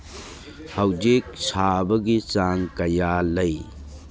ꯍꯧꯖꯤꯛ ꯁꯥꯕꯒꯤ ꯆꯥꯡ ꯀꯌꯥ ꯂꯩ